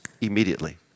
immediately